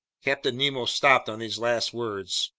captain nemo stopped on these last words,